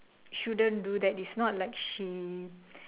shouldn't do that is not like she